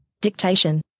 dictation